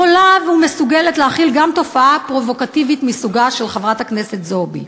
יכולה ומסוגלת להכיל גם תופעה פרובוקטיבית מסוגה של חברת הכנסת זועבי.